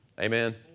Amen